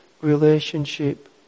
relationship